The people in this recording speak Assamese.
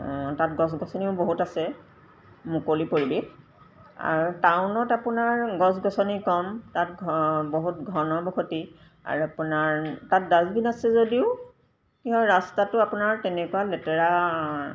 তাত গছ গছনিও বহুত আছে মুকলি পৰিৱেশ আৰু টাউনত আপোনাৰ গছ গছনি কম তাত বহুত ঘনবসতি আৰু আপোনাৰ তাত ডাষ্টবিন আছে যদিও কি হয় ৰাস্তাটো আপোনাৰ তেনেকুৱা লেতেৰা